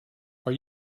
are